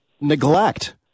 neglect